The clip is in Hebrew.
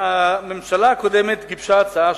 הממשלה הקודמת גיבשה הצעה,